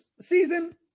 season